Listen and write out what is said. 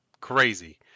crazy